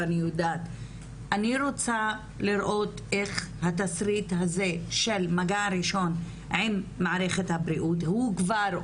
אני רוצה לראות איך התסריט הזה של מגע ראשון עם מערכת הבריאות הוא כבר,